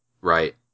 Right